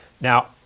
Now